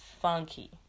funky